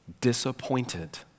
disappointed